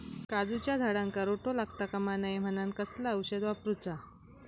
काजूच्या झाडांका रोटो लागता कमा नये म्हनान कसला औषध वापरूचा?